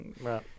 Right